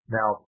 Now